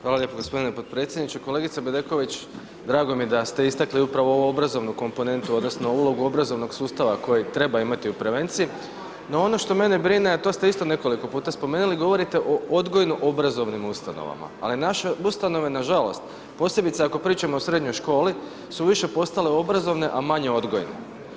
Hvala lijepo gospodine podpredsjedniče, kolegica Bedeković drago mi je da ste istakli upravo ovu obrazovnu komponentu odnosno ulogu obrazovnog sustava koji treba imati u prevenciji no ono što mene brine, a to ste isto nekoliko puta spomenuli, govorite o odgojno-obrazovnim ustanovama, ali naše ustanove na žalost, posebice ako pričamo o srednjoj školi su više postale obrazovne, a manje odgojne.